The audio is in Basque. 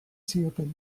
zioten